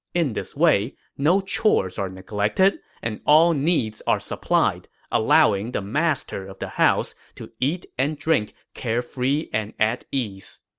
in this way, no chores are neglected and all needs are supplied, allowing the master of the house to eat and drink carefree and at ease.